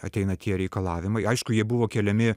ateina tie reikalavimai aišku jie buvo keliami